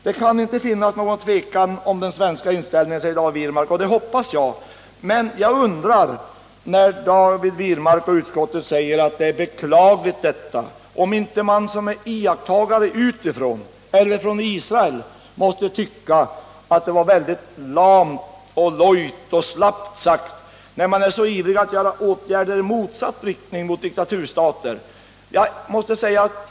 Det kan inte finnas någon tvekan om den svenska inställningen, säger David Wirmark, och jag hoppas att det är så. Men när David Wirmark och utskottet säger att detta är beklagligt undrar jag om inte den som iakttar det hela utifrån måste tycka att det var mycket lamt och lojt sagt — när man nu är så ivrig att vidta åtgärder i motsatt riktning mot diktaturstater.